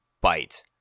Bite